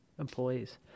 employees